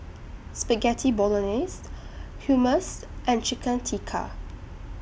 Spaghetti Bolognese Hummus and Chicken Tikka